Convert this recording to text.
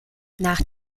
nach